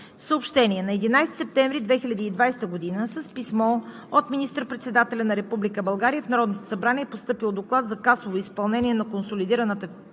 Съобщения: На 11 септември 2020 г. с писмо от министър-председателя на Република България в Народното събрание е постъпил Доклад за касово изпълнение на консолидираната